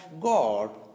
God